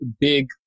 big